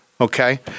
okay